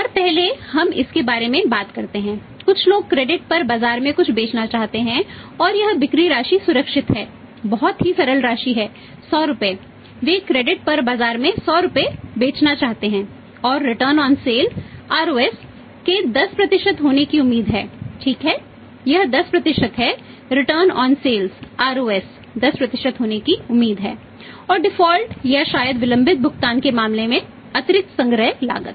और पहले हम इसके बारे में बात करते हैं कुछ लोग क्रेडिट या शायद विलंबित भुगतान के मामले में अतिरिक्त संग्रह लागत